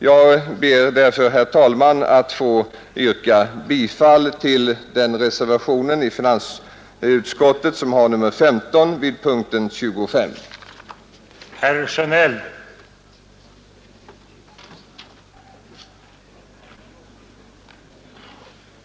Jag ber därför, herr talman, att få yrka bifall till den vid finansutskottets betänkande under punkten 25 fogade reservationen 15.